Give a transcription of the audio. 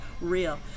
real